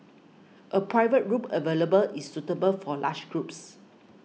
a private room available is suitable for large groups